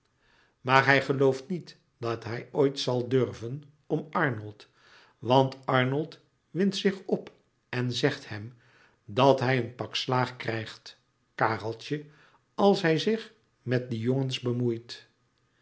maar hij gelooft niet dat hij ooit zal durven om arnold want arnold windt zich op en zegt hem dat hij een pak slaag krijgt kareltje als hij zich met die jongens bemoeit